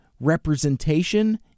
representation